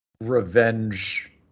revenge